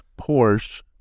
Porsche